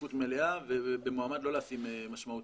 שקיפות מלאה ובמועמד לא לשים משמעותי.